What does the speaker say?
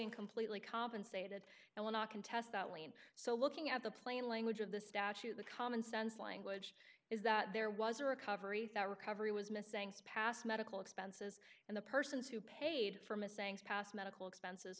and completely compensated and will not contest that lien so looking at the plain language of the statute the common sense language is that there was a recovery the recovery was missing spasso medical expenses and the persons who paid from a sayings past medical expenses